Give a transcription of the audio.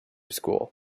school